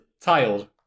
Tiled